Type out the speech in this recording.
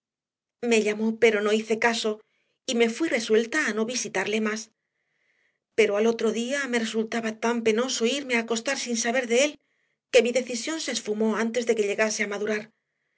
me llamó pero no hice caso y me fui resuelta a no visitarle más pero al otro día me resultaba tan penoso irme a acostar sin saber de él que mi decisión se esfumó antes de que llegase a madurar